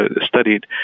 studied